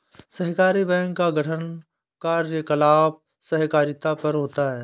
सहकारी बैंक का गठन कार्यकलाप सहकारिता पर होता है